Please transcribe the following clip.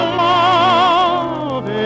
love